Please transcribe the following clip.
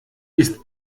ist